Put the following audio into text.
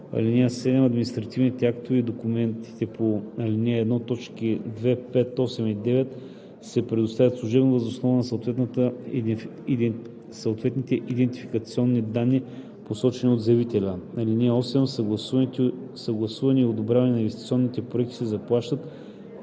и 8: „(7) Административните актове и документите по ал. 1, т. 2, 5, 8 и 9 се предоставят служебно въз основа на съответните идентификационни данни, посочени от заявителя. (8) За съгласуване и одобряване на инвестиционните проекти се заплащат